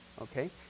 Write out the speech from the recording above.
okay